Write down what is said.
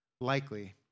likely